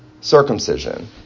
circumcision